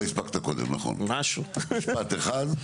משפט אחד.